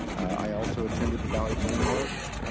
i also attended the ballard landmark